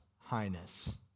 highness